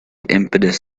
impetus